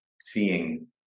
seeing